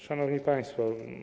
Szanowni Państwo!